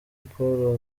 paul